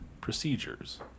procedures